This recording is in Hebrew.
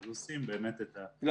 אז עושים באמת את --- לא,